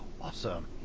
Awesome